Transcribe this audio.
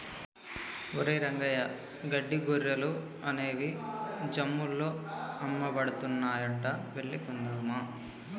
ఒరేయ్ రంగయ్య గడ్డి గొర్రెలు అనేవి జమ్ముల్లో అమ్మబడుతున్నాయంట వెళ్లి కొందామా